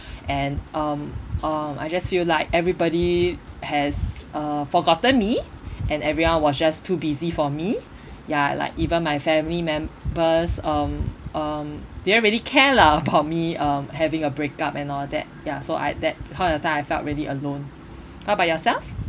and um um I just feel like everybody has uh forgotten me and everyone was just too busy for me ya like even my family members um um didn't really care lah about me um having a breakup and all that ya so I that point of time I felt really alone how about yourself